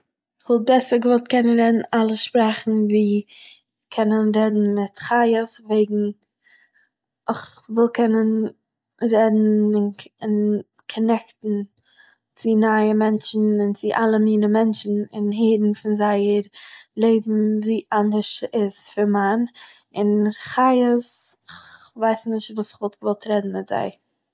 כ'וואלט בעסער געוואלט קענען אלע שפראכן ווי קענען רעדן מיט חיות וועגן איך וויל קענען רעדן און- און קאנעקטן צו נייע מענטשן און צו אלע מיני מענטשן און הערן פון זייער לעבן, ווי אנדערש ס'איז פון מיין און חיות - איך ווייס נישט וואס איך וואלט געוואלט רעדן מיט זיי